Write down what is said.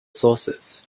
sources